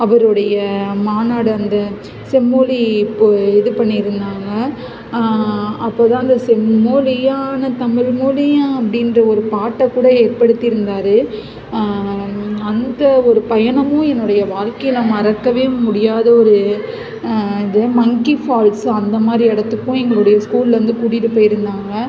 அவருடைய மாநாடு அந்த செம்மொழி இது பண்ணி இருந்தாங்கள் அப்போது தான் அந்த செம்மொழியான தமிழ்மொலியாம் அப்படின்ற ஒரு பாட்டை கூட ஏற்படுத்தியிருந்தாரு அந்த ஒரு பயணமும் என்னுடைய வாழ்க்கையில மறக்கவே முடியாத ஒரு இது மங்க்கி ஃபால்ஸ்ஸு அந்த மாதிரி இடத்துக்கும் எங்களுடைய ஸ்கூல்லேருந்து கூட்டிட்டு போயிருந்தாங்கள்